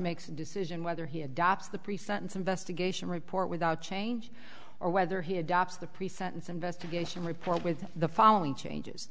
makes a decision whether he adopts the pre sentence investigation report without change or whether he adopts the pre sentence investigation report with the following changes